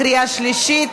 קריאה שלישית,